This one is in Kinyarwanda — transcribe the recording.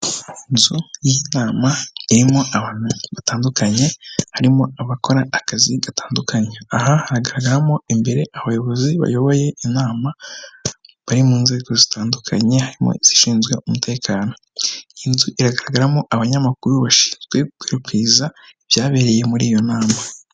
Inzu y'inama irimo abantu batandukanye, harimo abakora akazi gatandukanye aha hagaragaramo imbere abayobozi bayoboye inama bari mu nzego zitandukanye harimo izishinzwe umutekano. Iyi nzu iragaragaramo abanyamakuru bashinzwe gukwirakwiza ibyabereye muri iyo nama.